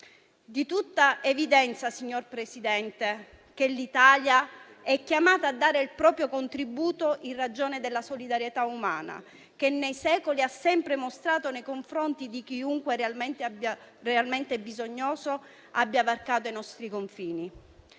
di tutta evidenza, signor Presidente, che l'Italia è chiamata a dare il proprio contributo in ragione della solidarietà umana che nei secoli ha sempre mostrato nei confronti di chiunque, realmente bisognoso, abbia varcato i nostri confini.